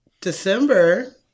December